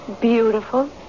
Beautiful